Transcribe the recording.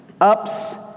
Ups